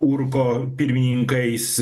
urko pirmininkais